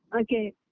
okay